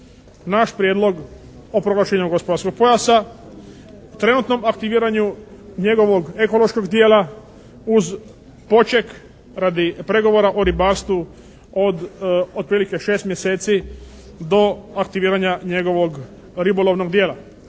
naš prijedlog o proglašenju gospodarskog pojasa, trenutnom aktiviranju njegovog ekološkog dijela uz početak radi pregovora o ribarstvu od otprilike 6 mjeseci do aktiviranja njegovog ribolovnog dijela.